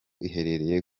iherereye